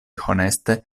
honeste